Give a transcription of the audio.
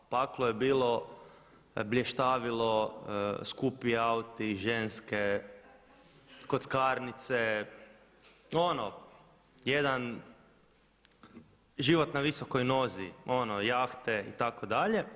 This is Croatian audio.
U paklu je bilo blještavilo, skupi auti, ženske, kockarnice, ono jedan život na visokoj nozi, ono jahte itd.